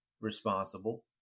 responsible